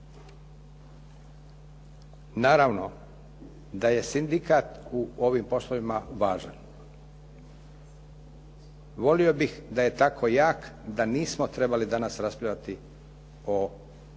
Naravno da je sindikat u ovim poslovima važan. Volio bih da je tako jak da nismo trebali danas raspravljati o šikaniranju